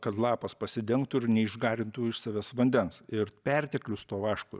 kad lapas pasidengtų ir neišgarintų iš savęs vandens ir perteklius to vaško